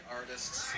artists